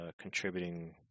contributing